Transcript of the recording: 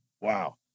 Wow